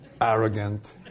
arrogant